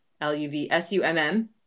L-U-V-S-U-M-M